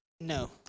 No